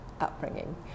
upbringing